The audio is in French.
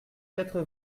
quatre